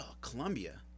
Columbia